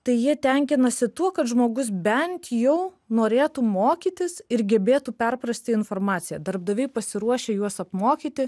tai jie tenkinasi tuo kad žmogus bent jau norėtų mokytis ir gebėtų perprasti informaciją darbdaviai pasiruošę juos apmokyti